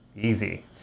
Easy